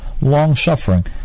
long-suffering